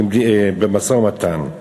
במשא-ומתן.